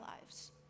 lives